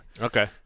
okay